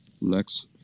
Lex